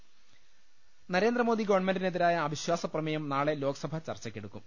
ലലലലലലലലലലലല നരേന്ദ്രമോദി ഗവൺമെന്റിനെതിരായ അവിശ്ചാസപ്ര മേയം നാളെ ലോക്സഭ ചർച്ചയ്ക്കെടുക്കും